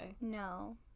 no